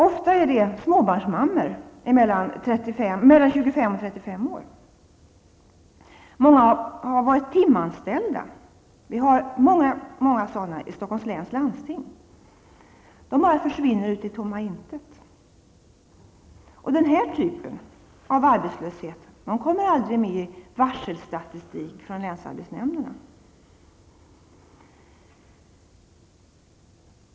Det är här ofta fråga om småbarnsmammor mellan 25 och 35 år. Många av dem har varit timanställda, och i Stockholms läns landsting finns det många sådana kvinnor. De bara försvinner ut i tomma intet. Den här typen av arbetslöshet kommer aldrig med i varselstatistik från länsarbetsnämnderna.